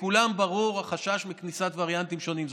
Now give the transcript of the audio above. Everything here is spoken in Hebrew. לכולם ברור החשש מכניסת וריאנטים שונים.